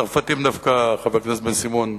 צרפתים דווקא, חבר הכנסת בן-סימון,